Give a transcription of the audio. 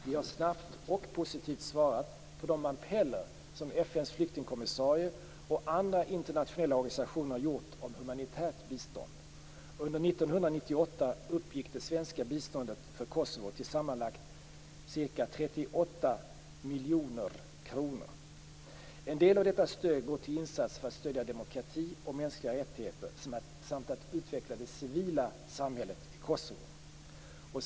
Vi har snabbt och positivt svarat på de appeller som FN:s flyktingkommissarie och andra internationella organisationer har gjort om humanitärt bistånd. Under 1998 uppgick det svenska biståndet för Kosovo till sammanlagt ca 38 250 000 kr. En del av detta stöd går till insatser för att stödja demokrati och mänskliga rättigheter samt att utveckla det civila samhället i Kosovo.